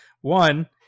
One